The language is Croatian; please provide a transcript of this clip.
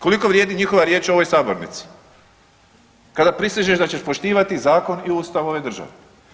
Koliko vrijedi njihova riječ u ovoj sabornici kada prisežeš da ćeš poštivati zakon i Ustav ove države.